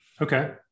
Okay